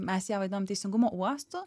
mes ją vadinam teisingumo uostu